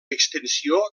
extensió